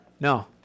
No